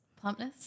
Plumpness